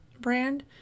brand